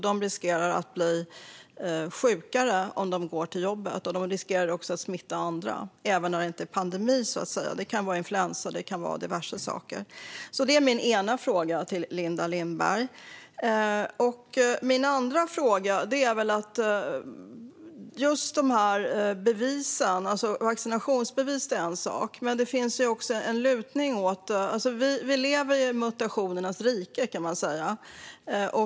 De riskerar att bli sjukare om de går till jobbet och riskerar även att smitta andra, även när det inte råder pandemi. Det kan handla om influensa och annat. Vi lever i mutationernas tid.